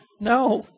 no